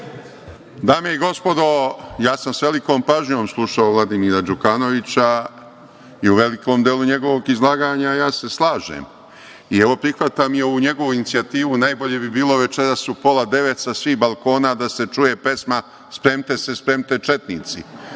Dame i gospodo, ja sam sa velikom pažnjom slušao Vladimira Đukanovića, i u velikom delu njegovog izlaganja ja se slažem, i evo, prihvatam ovu njegovu inicijativu, najbolje bi bilo večeras u pola devet sa svih balkona da se čuje pesma „Sprem'te se, sprem'te četnici“.